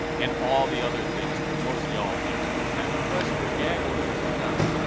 and all the other things, we're mostly all thinking. that request for a gag order was denied.